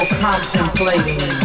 contemplating